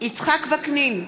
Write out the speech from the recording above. יצחק וקנין,